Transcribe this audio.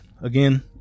again